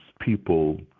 people